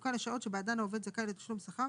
בחלוקה לשעות שבעדן העובד זכאי לתשלום שכר,